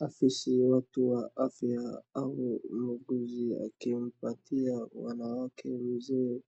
Afisi ya watu wa afya au muuguzi akipmpatia mwanamke mzee